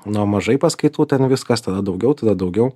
nuo mažai paskaitų ten viskas tada daugiau tada daugiau